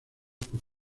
por